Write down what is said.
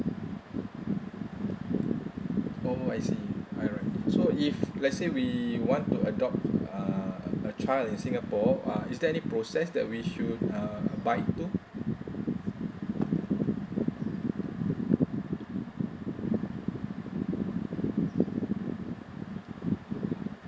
oh I see alright so if let's say we want to adopt uh a child in singapore uh is there any process that we should uh abide to